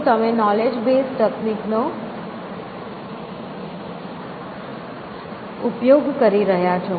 તો તમે knowledge base તકનીક નો ઉપયોગ કરી રહ્યા છો